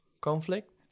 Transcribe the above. conflict